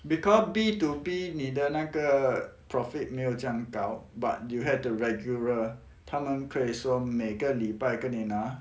because B two B 你的那个 profit 没有这样高 but you have the regular 他们可以说每个礼拜跟你拿